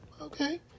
Okay